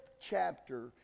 chapter